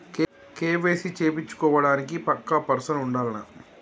KYC చేపిచ్చుకోవడానికి పక్కా person ఉండాల్నా?